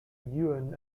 ewan